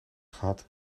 gehad